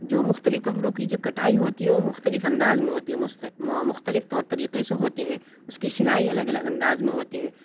جو مختلف کپڑوں کی جو کٹائی ہوتی ہے وہ مختلف انداز میں ہوتی ہے مختلف طور طریقے سے ہوتے ہیں اس کی سلائی الگ الگ انداز میں ہوتے ہیں